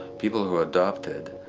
people who are adopted.